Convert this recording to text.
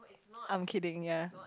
I'm kidding ya